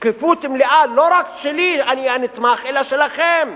שקיפות מלאה, לא רק שלי, אני הנתמך, אלא שלכם.